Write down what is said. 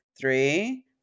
three